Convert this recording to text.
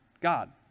God